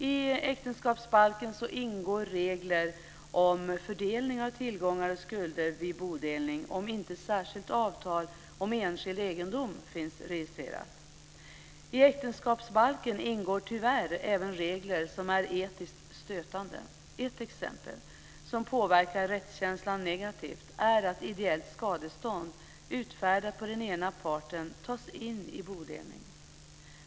I äktenskapsbalken finns regler om fördelning av tillgångar och skulder vid bodelning om inte särskilt avtal om enskild egendom finns registrerat. I äktenskapsbalken ingår tyvärr även regler som är etiskt stötande. Ett exempel som påverkar rättskänslan negativt är att ideellt skadestånd utfärdat på den ena parten tas in vid bodelning.